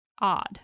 odd